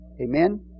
Amen